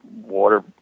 water